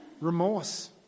Remorse